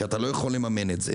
כי אתה לא יכול לממן את זה,